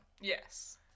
Yes